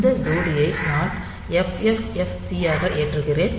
இந்த ஜோடி ஐ நான் FFFC ஆக ஏற்றுகிறேன்